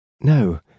No